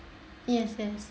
yes yes